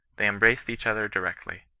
they embraced each other directly.